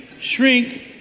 shrink